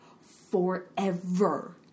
forever